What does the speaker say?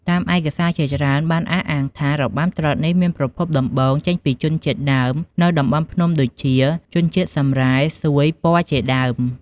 តាមឯកសារជាច្រើនបានអះអាងថា របាំត្រុដិនេះមានប្រភពដំបូងចេញពីជនជាតិដើមនៅតំបន់ភ្នំដូចជា ជនជាតិសម្រែ សួយ ព័រជាដើម ។